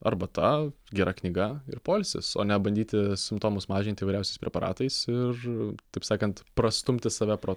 arbata gera knyga ir poilsis o ne bandyti simptomus mažinti įvairiausiais preparatais ir taip sakant prastumti save pro